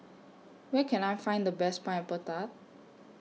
Where Can I Find The Best Pineapple Tart